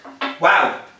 Wow